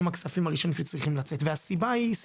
הם הכספים הראשונים שצריכים לצאת והסיבה היא,